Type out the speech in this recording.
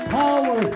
power